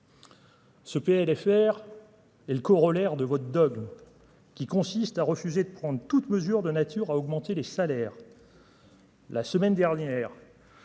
Ce PLFR est le corollaire de votre qui consiste à refuser de prendre toutes mesures de nature à augmenter les salaires. La semaine dernière.